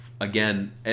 Again